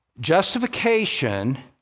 Justification